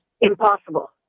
impossible